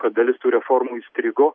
kad dalis tų reformų įstrigo